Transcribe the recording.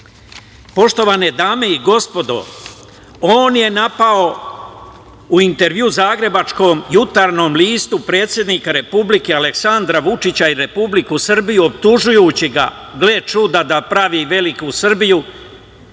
uspeti. Poštovane dame i gospodo, on je napao u intervjuu zagrebačkom Jutarnjem listu predsednika Republike Aleksandra Vučića i Republiku Srbiju, optužujući ga, gle čuda, da pravi veliku Srbiju